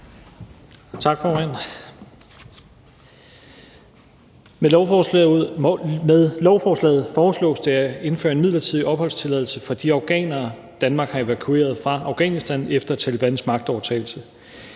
Med lovforslaget foreslås det at indføre en midlertidig opholdstilladelse for de afghanere, Danmark har evakueret fra Afghanistan efter Talebans magtovertagelse.